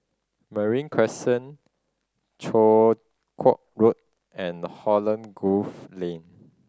Marine Crescent Chong Kuo Road and Holland Grove Lane